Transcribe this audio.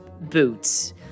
boots